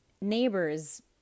Neighbors